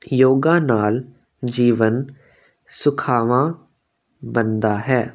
ਯੋਗਾ ਨਾਲ ਜੀਵਨ ਸੁਖਾਵਾਂ ਬਣਦਾ ਹੈ